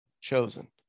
chosen